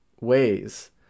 ways